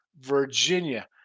Virginia